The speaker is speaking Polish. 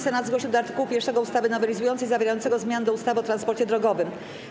Senat zgłosił do art. 1 ustawy nowelizującej zawierającego zmiany w ustawie o transporcie drogowym.